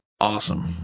Awesome